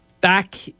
Back